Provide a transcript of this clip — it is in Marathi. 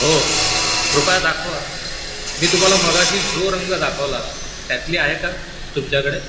हो कृपया दाखवा मी तुम्हाला मघाशी जो रंग दाखवला त्यातली आहे का तुमच्याकडे